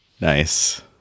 Nice